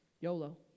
YOLO